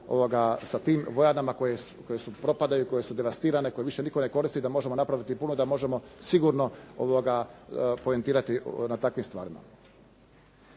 sa tim vojarnama koje propadaju, koje su devastirane, koje više nitko ne koristi da možemo napraviti puno, da možemo sigurno poentirati na takvim stvarima.